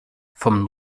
vom